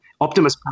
Optimus